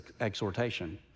exhortation